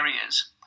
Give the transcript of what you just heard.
areas